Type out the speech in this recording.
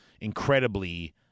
incredibly